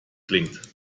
klingt